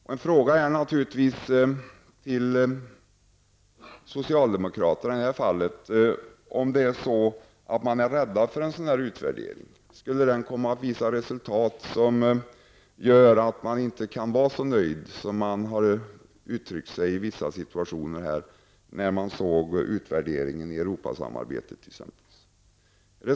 Den fråga man kan ställa till socialdemokraterna är naturligtvis om de är rädda för en sådan utvärdering, rädda för att den skulle komma att ge resultat som visar att man inte kan vara så nöjd som man gav uttryck för när man såg resultatet av utvärderingen i Europasamarbetet.